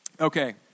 Okay